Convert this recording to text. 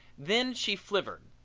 then she flivvered.